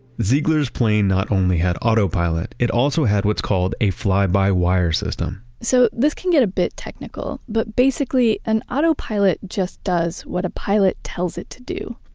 ziegler's plane not only had auto-pilot, it also had what's called a fly-by-wire system so, this can get a bit technical, but basically an autopilot just does what a pilot tells it to do.